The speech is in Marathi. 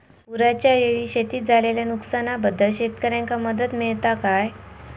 पुराच्यायेळी शेतीत झालेल्या नुकसनाबद्दल शेतकऱ्यांका मदत मिळता काय?